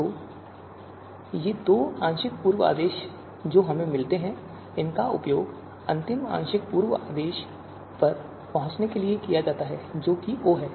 तो ये दो आंशिक पूर्व आदेश जो हमें मिलते हैं उनका उपयोग अंतिम आंशिक पूर्व आदेश पर पहुंचने के लिए किया जाता है जो कि O है